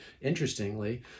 interestingly